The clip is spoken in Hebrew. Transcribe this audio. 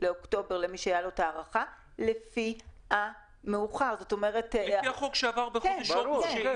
לפי החוק שעבר בחודש אוגוסט.